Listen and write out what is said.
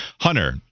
Hunter